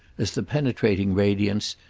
as the penetrating radiance,